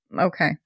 Okay